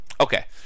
Okay